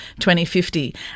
2050